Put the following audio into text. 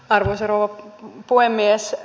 arvoisa rouva puhemies